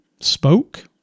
spoke